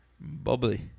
Bubbly